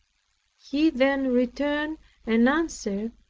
he then returned an answer,